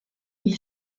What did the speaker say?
wir